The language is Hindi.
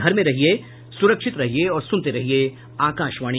घर में रहिये सुरक्षित रहिये और सुनते रहिये आकाशवाणी